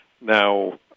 Now